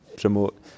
promote